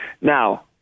Now